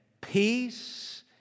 Peace